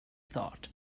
thought